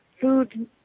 food